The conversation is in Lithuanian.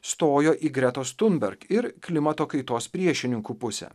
stojo į gretos thunberg ir klimato kaitos priešininkų pusę